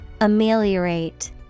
Ameliorate